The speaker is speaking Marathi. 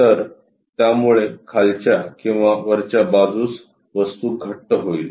तर त्यामुळे खालच्या किंवा वरच्या बाजूस वस्तू घट्ट होईल